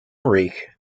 reich